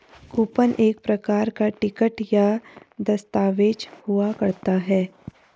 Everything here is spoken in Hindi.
कूपन एक प्रकार का टिकट या दस्ताबेज हुआ करता है